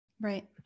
Right